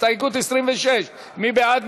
הסתייגות 26, מי בעד?